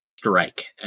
Strike